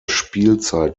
spielzeit